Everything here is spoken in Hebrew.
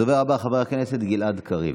הדבר הבא, חבר הכנסת גלעד קריב.